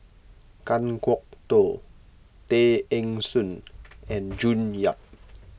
Kan Kwok Toh Tay Eng Soon and June Yap